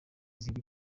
ziri